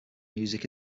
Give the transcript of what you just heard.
music